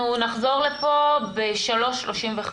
אנחנו נחזור לפה ב-15:35.